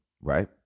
right